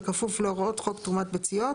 בכפוף להוראות חוק תרומת ביציות,